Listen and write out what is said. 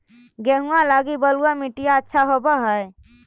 गेहुआ लगी बलुआ मिट्टियां अच्छा होव हैं?